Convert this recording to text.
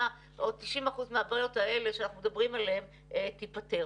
90% מהבעיות האלה שאנחנו מדברים עליהן תיפתרנה.